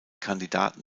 kandidaten